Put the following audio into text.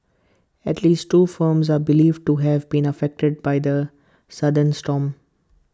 at least two farms are believed to have been affected by the sudden storm